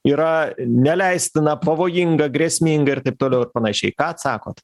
yra neleistina pavojinga grėsminga ir taip toliau ir panašiai ką atsakot